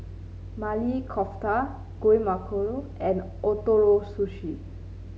Maili Kofta Guacamole and Ootoro Sushi